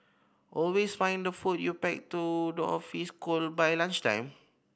always find the food you pack to the office cold by lunchtime